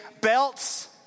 Belts